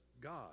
God